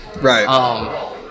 Right